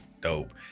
dope